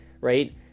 right